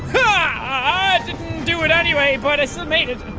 ahhhh it didn't do it anyway but i still made it